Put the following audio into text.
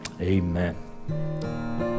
Amen